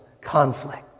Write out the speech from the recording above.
conflict